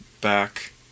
back